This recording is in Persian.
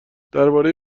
درباره